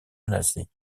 menacées